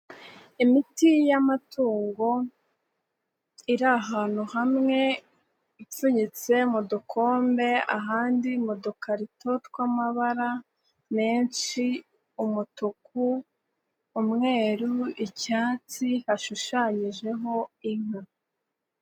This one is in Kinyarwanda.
Imiti y'amatungo iri ahantu hamwe, ipfunyitse mu dukombe, ahandi mu dukarito tw'amabara menshi, umutuku, umweru, icyatsi, hashushanyijeho inka.